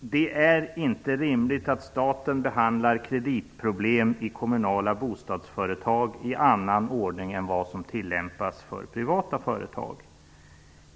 Det är inte rimligt att staten behandlar kreditproblem i kommunala bostadsföretag i annan ordning än vad som tillämpas för privata företag.